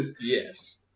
Yes